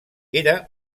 era